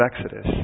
Exodus